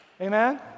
Amen